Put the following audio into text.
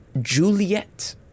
Juliet